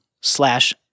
slash